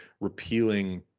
repealing